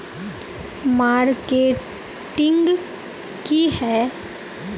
Marketing की है?